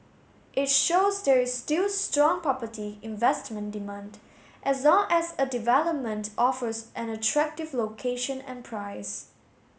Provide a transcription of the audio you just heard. it shows there is still strong property investment demand as long as a development offers an attractive location and price